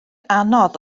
anodd